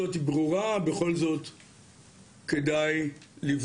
יש מצגת שביקש ח"כ בני בגין, אנחנו נציג